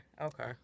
Okay